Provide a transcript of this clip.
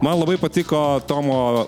man labai patiko tomo